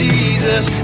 Jesus